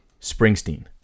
Springsteen